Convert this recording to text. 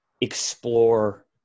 explore